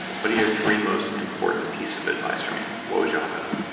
what are your three most important piece of advice for me? what would you offer them?